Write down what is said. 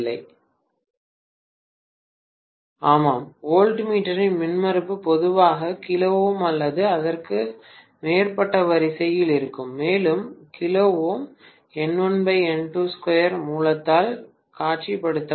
மாணவர் 4052 பேராசிரியர் ஆமாம் வோல்ட்மீட்டரின் மின்மறுப்பு பொதுவாக kΩ அல்லது அதற்கு மேற்பட்ட வரிசையில் இருக்கும் மேலும் மூலத்தால் காட்சிப்படுத்தப்படும்